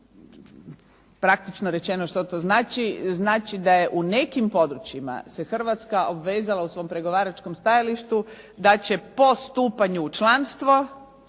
Praktično rečeno što to znači? Znači da je u nekim područjima se Hrvatska obvezala u svom pregovaračkom stajalištu da će po stupanju u članstvo